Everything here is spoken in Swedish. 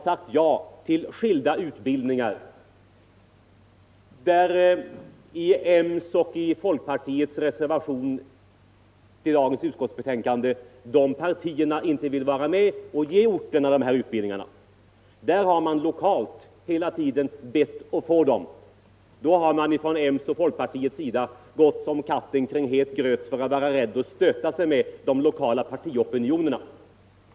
Moderata samlingspartiet och folkpartiet vill, som framgår av deras reservationer till utskottsbetänkandet, inte vara med om att ge orterna dessa utbildningar, trots att man lokalt bett om att få dem. Folkpartiet och moderaterna har gått som katten kring het gröt för att inte stöta sig med de lokala partiopinionerna.